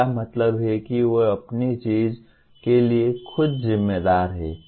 इसका मतलब है कि वे अपनी चीज के लिए खुद जिम्मेदार हैं